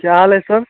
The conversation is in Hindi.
क्या हाल है सर